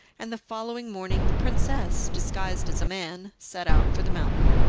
and the following morning the princess, disguised as a man, set out for the mountain.